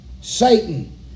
Satan